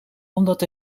omdat